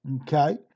okay